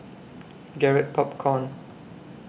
Garrett Popcorn